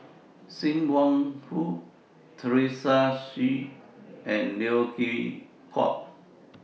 SIM Wong Hoo Teresa Hsu and Neo Chwee Kok